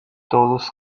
tolos